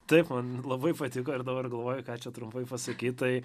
taip man labai patiko ir dabar galvoju ką čia trumpai pasakyt tai